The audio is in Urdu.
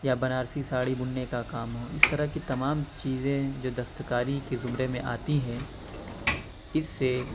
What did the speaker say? یا بنارسی ساڑی بننے کا کام ہو اس طرح کی تمام چیزیں جو دست کاری کے زمرے میں آتی ہیں اس سے